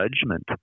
judgment